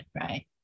right